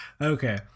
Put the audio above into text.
Okay